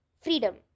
freedom